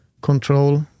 control